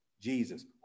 Jesus